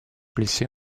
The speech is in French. blessés